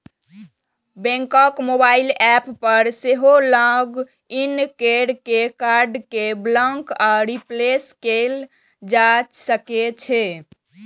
बैंकक mobile app पर सेहो लॉग इन कैर के कार्ड कें ब्लॉक आ रिप्लेस कैल जा सकै छै